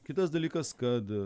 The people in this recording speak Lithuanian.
kitas dalykas kad